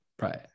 right